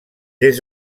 des